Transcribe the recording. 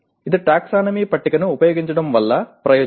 ఇది టాక్సానమీ పట్టికను ఉపయోగించడం వల్ల ప్రయోజనం